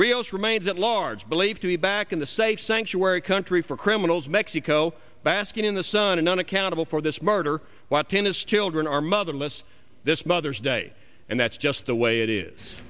rios remains at large believed to be back in the safe sanctuary country for criminals mexico basking in the sun and unaccountable for this murder what tennis children are motherless this mother's day and that's just the way it is